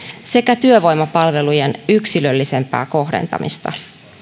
sekä työvoimapalvelujen yksilöllisempää kohdentamista